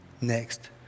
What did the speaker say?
next